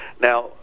Now